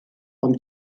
ond